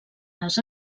les